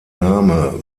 name